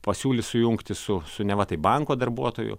pasiūlys sujungti su su neva tai banko darbuotoju